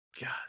god